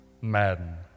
Madden